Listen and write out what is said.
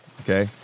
Okay